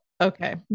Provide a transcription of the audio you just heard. okay